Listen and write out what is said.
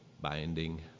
binding